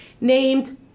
named